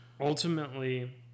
Ultimately